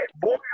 boy